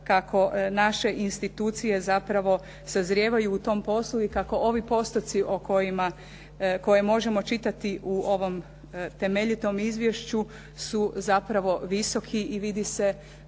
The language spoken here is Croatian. kako naše institucije zapravo sazrijevaju u tom poslu i kako ovi postoci o kojima, koje možemo čitati u ovom temeljitom izvješću su zapravo visoki i vidi se